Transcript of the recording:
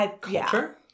culture